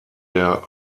der